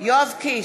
יואב קיש,